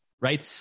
right